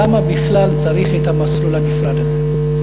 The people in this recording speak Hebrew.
למה בכלל צריך את המסלול הנפרד הזה?